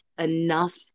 enough